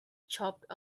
chopped